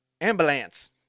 Ambulance